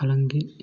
फालांंगि